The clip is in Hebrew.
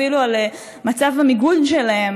אפילו על מצב המיגון שלהם,